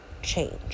Change